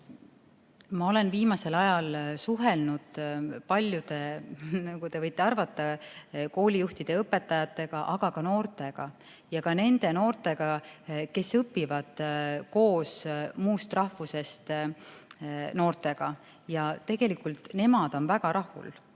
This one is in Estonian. Ma olen viimasel ajal suhelnud paljude, nagu te võite arvata, koolijuhtide ja õpetajatega, aga ka noortega ja ka nende noortega, kes õpivad koos muust rahvusest noortega. Tegelikult on nemad väga rahul.